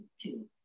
two